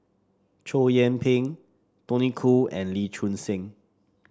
Chow Yian Ping Tony Khoo and Lee Choon Seng